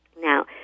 Now